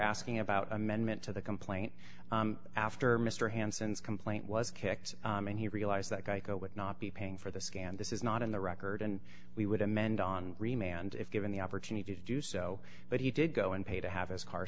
asking about amendment to the complaint after mr hansen's complaint was kicked and he realized that geico would not be paying for the scan this is not in the record and we would amend on remained if given the opportunity to do so but he did go and pay to have his car